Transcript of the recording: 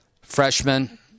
freshman